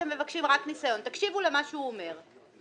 ניסיון בתחום פעילותו של מוסד לגמילות חסדים",